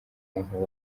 umuntu